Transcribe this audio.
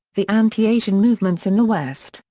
the anti-asian movements in the west,